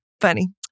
funny